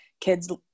kids